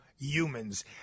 Humans